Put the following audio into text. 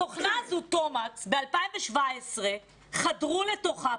התוכנה הזאת תומקס ב-2017 חדרו לתוכה,